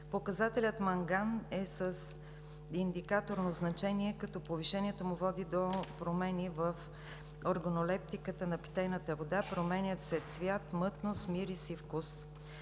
Показателят манган е с индикаторно значение, като повишението му води до промени в органолептиката на питейната вода. Променят се цвят, мътност, мирис и вкус.